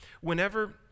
Whenever